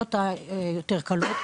בעיות יותר קלות,